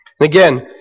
Again